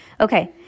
Okay